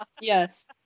yes